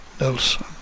Nelson